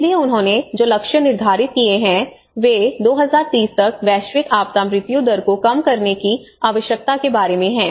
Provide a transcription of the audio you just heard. इसलिए उन्होंने जो लक्ष्य निर्धारित किए हैं वे 2030 तक वैश्विक आपदा मृत्यु दर को कम करने की आवश्यकता के बारे में हैं